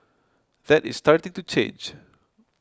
that is starting to change